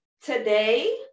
today